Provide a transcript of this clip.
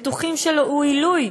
בטוחים שהוא עילוי,